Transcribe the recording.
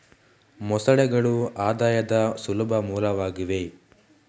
ಮೊಸಳೆಗಳು ಆದಾಯದ ಸುಲಭ ಮೂಲವಾಗಿದೆ